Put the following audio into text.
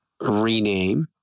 Rename